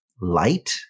light